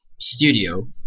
studio